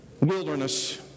wilderness